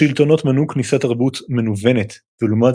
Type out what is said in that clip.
השלטונות מנעו כניסת תרבות "מנוונת" ולעומת